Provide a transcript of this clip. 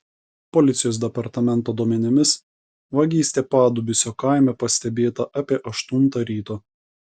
policijos departamento duomenimis vagystė padubysio kaime pastebėta apie aštuntą ryto